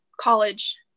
college